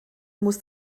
muss